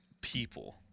people